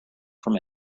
from